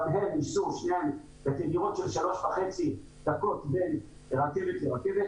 גם הם --- של שלוש וחצי דקות בין רכבת לרכבת.